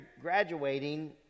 graduating